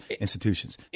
institutions